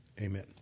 Amen